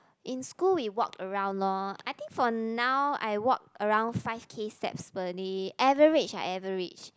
in school we walk around lor I think for now I walk around five K steps per day average ah average